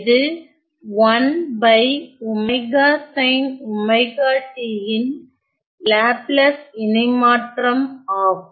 இது ன் லாப்லாஸ் இணைமாற்றம் ஆகும்